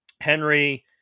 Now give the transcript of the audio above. Henry